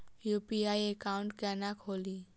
UPI account केना खोलि?